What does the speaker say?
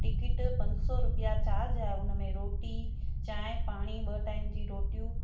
ticket पंज सौ रुपिया चार्ज आहे उन में रोटी चांहि पाणी ॿ टाइम जी रोटियूं